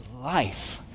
life